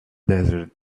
desert